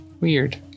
weird